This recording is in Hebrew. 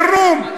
לחירום.